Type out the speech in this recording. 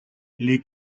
les